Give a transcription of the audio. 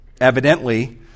Evidently